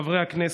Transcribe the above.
חברי הכנסת,